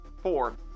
Four